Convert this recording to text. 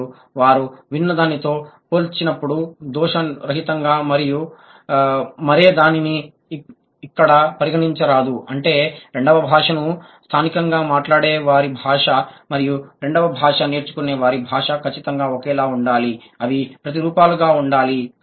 మరియు వారు విన్న దానితో పోల్చినప్పుడు దోష రహితంగా మరియు మరే దానిని ఇక్కడ పరిగణించరాదు అంటే రెండవ భాషను స్థానికంగా మాట్లాడేవారి భాష మరియు రెండవ భాష నేర్చుకునే వారి భాష ఖచ్చితంగా ఒకేలా ఉండాలి అవి ప్రతిరూపాలుగా ఉండాలి